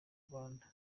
rwanda